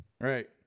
Right